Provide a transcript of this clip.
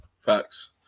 Facts